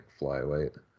flyweight